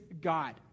God